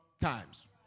times